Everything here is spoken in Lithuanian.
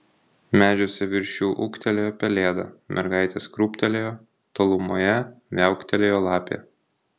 medžiuose virš jų ūktelėjo pelėda mergaitės krūptelėjo tolumoje viauktelėjo lapė